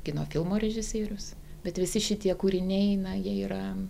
kino filmo režisierius bet visi šitie kūriniai na jie yra